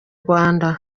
rwanda